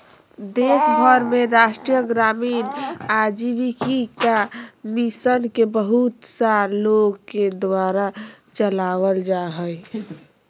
देश भर में राष्ट्रीय ग्रामीण आजीविका मिशन के बहुत सा लोग के द्वारा चलावल जा हइ